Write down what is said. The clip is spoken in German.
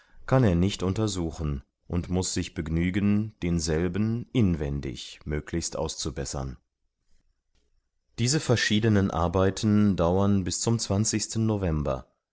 kann er nicht untersuchen und muß sich begnügen denselben inwendig möglichst auszubessern diese verschiedenen arbeiten dauern bis zum november